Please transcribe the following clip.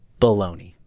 Baloney